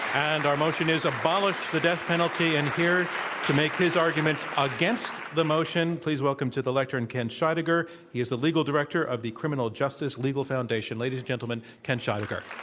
and our motion is, abolish the death penalty. and here to make his argument against the motion, please welcome to the lectern kent scheidegger. he is the legal director of the criminal justice legal foundation. ladies and gentlemen, kent scheidegger.